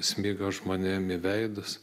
smigo žmonėm į veidus